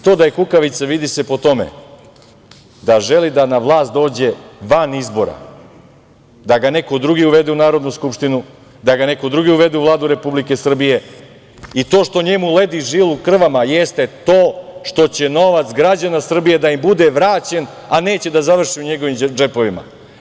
To da je kukavica vidi se po tome da želi da na vlast dođe van izbora, da ga neko drugi uvede u Narodnu skupštinu, da ga neko drugi uvede u Vladu Republike Srbije i to što njemu ledi krv u žilama jeste to što će novac građana Srbije da im bude vraćen, a neće da završi u njegovim džepovima.